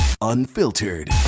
Unfiltered